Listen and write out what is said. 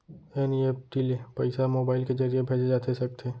NEFT ले पइसा mobile के ज़रिए भेजे जाथे सकथे?